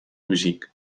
muziek